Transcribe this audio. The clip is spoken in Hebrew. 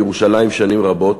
מירושלים שנים רבות,